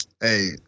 Hey